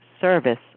service